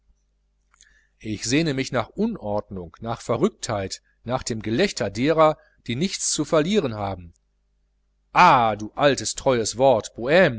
ich sehne mich nach unordnung nach verrücktheit nach dem gelächter derer die nichts zu verlieren haben ah du altes treues wort bohme